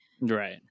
Right